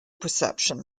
perception